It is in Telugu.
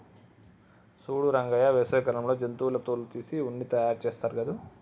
సూడు రంగయ్య వేసవి కాలంలో జంతువుల తోలు తీసి ఉన్ని తయారుచేస్తారు గాదు